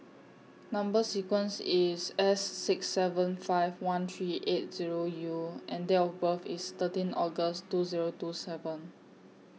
Number sequence IS S six seven five one three eight Zero U and Date of birth IS thirteen August two Zero two seven